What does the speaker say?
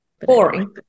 Boring